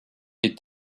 est